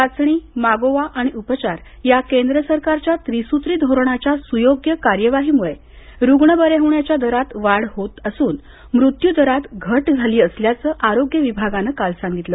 चाचणी मागोवा आणि उपचार या केंद्र सरकारच्या त्रीसूत्री धोरणाच्या सुयोग्य कार्यवाहीमुळे रुग्ण बरे होण्याच्या दरात वाढ होऊन मृत्यू दरात घट झाली असल्याचं आरोग्य विभागानं काल सांगितलं